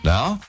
Now